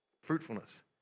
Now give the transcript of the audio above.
Fruitfulness